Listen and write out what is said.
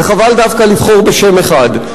וחבל דווקא לבחור בשם אחד,